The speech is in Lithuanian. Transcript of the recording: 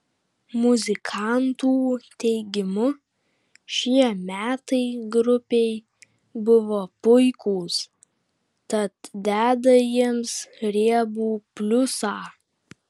muzikantų teigimu šie metai grupei buvo puikūs tad deda jiems riebų pliusą